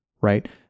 right